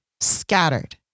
Scattered